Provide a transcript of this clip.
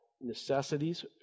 necessities